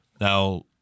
Now